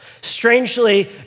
Strangely